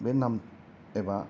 बे नाम एबा